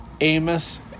Amos